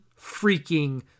freaking